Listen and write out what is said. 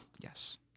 Yes